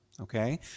Okay